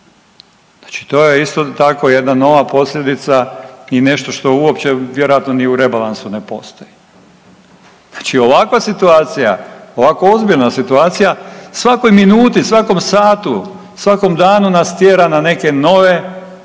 to je isto tako jedna nova posljedica i nešto što uopće vjerojatno ni u rebalansu ne postoji. Znači ovakva situacija, ovako ozbiljna situacija svakoj minuti, svakom satu, svakom danu nas tjera na neke nove odluke,